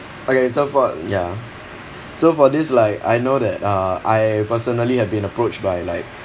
okay so for ya so for this like I know that uh I personally had been approached by like